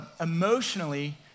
emotionally